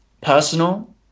personal